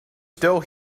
still